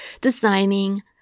designing